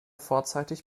vorzeitig